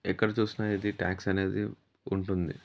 ఎక్కడ చూసినా ఇది ట్యాక్స్ అనేది ఉంటుంది